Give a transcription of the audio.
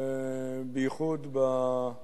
בייחוד במקור